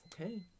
Okay